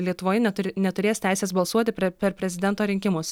lietuvoje neturi neturės teisės balsuoti pre per prezidento rinkimus